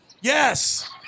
Yes